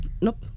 nope